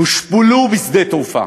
הושפלו בשדה התעופה,